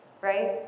right